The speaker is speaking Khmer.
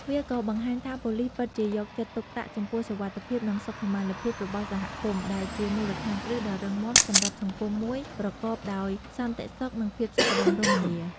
វាក៏ បង្ហាញថាប៉ូលីសពិតជាយកចិត្តទុកដាក់ចំពោះសុវត្ថិភាព និងសុខុមាលភាពរបស់សហគមន៍ ដែលជាមូលដ្ឋានគ្រឹះដ៏រឹងមាំសម្រាប់សង្គមមួយប្រកបដោយសន្តិសុខ និងភាពសុខដុមរមនា។